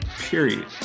period